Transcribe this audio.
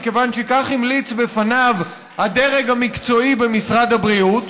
מכיוון שכך המליץ בפניו הדרג המקצועי במשרד הבריאות,